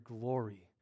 glory